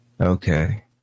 Okay